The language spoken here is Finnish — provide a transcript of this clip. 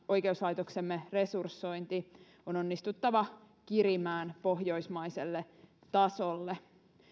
oikeuslaitoksemme resursointi on onnistuttava kirimään pohjoismaiselle tasolle